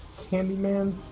Candyman